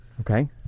Okay